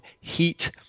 heat